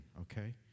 okay